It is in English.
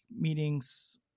meetings